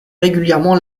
régulièrement